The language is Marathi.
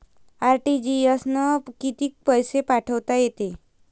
आर.टी.जी.एस न कितीक पैसे पाठवता येते?